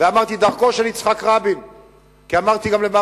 ואמרתי: דרכו של יצחק רבין,